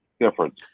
difference